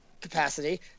capacity